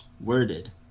worded